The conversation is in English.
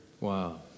Wow